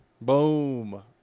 boom